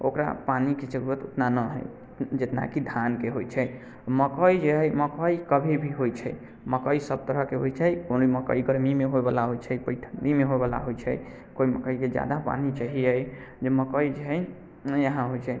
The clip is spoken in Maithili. ओकरा पानिके जरूरत उतना नहि हय जेतना कि धानके होइ छै मक्कइ जे हय मक्कइ कभी भी होइ छै मक्कइ सब तरहके होइ छै कोनो मक्कइ गरमीमे होइवला होइ छै कोइ ठण्डीमे होइवला होइ छै कोइ मक्कइके जादा पानि चाहियै जे मक्कइ जे हय यहाँ होइ छै